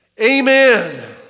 amen